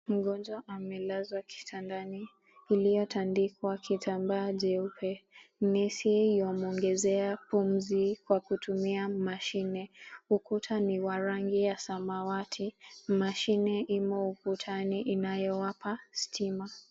Mgonjwa amelazwa kitandani iliotandikwa kitambaa jeupe. Nesi yuamuongezea pumzi kwa kutumia mashine. Ukuta ni wa rangi ya samawati. Mashine imo ukutani inayowapa stima.